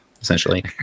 essentially